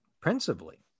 principally